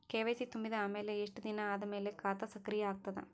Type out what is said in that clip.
KYC ತುಂಬಿದ ಅಮೆಲ ಎಷ್ಟ ದಿನ ಆದ ಮೇಲ ಖಾತಾ ಸಕ್ರಿಯ ಅಗತದ?